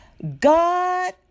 God